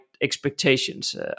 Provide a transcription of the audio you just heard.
expectations